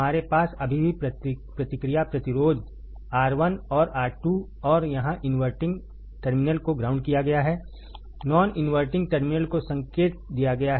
हमारे पास अभी भी प्रतिक्रिया प्रतिरोध R1और R2 और यहां इनवर्टिंग टर्मिनल को ग्राउंड किया गया है नॉन इनवर्टिंग टर्मिनल को संकेत दिया गया है